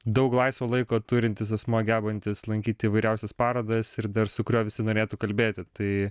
daug laisvo laiko turintis asmuo gebantis lankyti įvairiausias parodas ir dar su kuriuo visi norėtų kalbėti tai